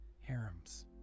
harems